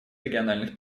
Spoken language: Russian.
региональных